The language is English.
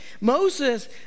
Moses